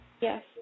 Yes